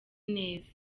neza